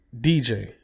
DJ